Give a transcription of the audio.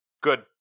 Good